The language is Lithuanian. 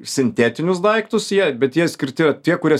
sintetinius daiktus jie bet jie skirti tie kurie